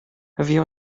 wir